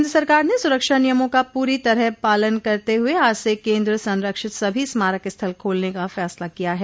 केन्द्र सरकार ने सुरक्षा नियमों का पूरी तरह पालन करते हुए आज से केन्द्र संरक्षित सभी स्मारक स्थल खोलने का फैसला किया है